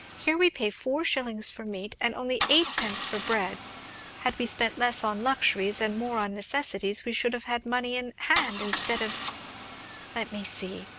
here we pay four shillings for meat, and only eightpence for bread had we spent less on luxuries and more on necessaries we should have had money in hand instead of let me see!